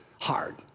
hard